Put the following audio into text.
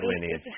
lineage